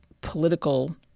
political